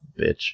bitch